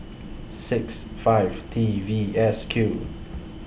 six five T V S Q